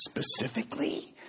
specifically